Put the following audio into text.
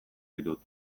ditut